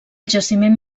jaciment